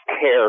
care